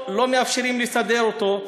לא מאפשרים לסדר אותו,